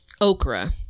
Okra